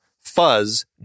Fuzz